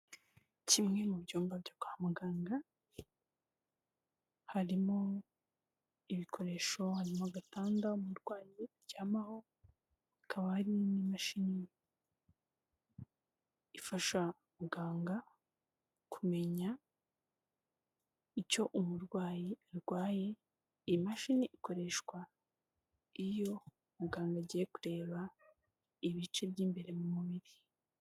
Kimwe mu byumba byo kwa muganga, harimo ibikoresho, harimo agatanda umurwayi aryamaho, hakaba hari n'imashini ifasha muganga kumenya icyo umurwayi arwaye, iyi mashini ikoreshwa iyo umuganga agiye kureba ibice by'imbere mu mubiri.